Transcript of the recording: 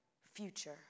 future